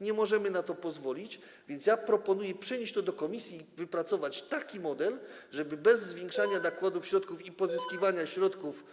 Nie możemy na to pozwolić, więc ja proponuję przenieść to do komisji i wypracować taki model, żeby bez zwiększania nakładów, środków i pozyskiwania środków